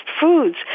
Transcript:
foods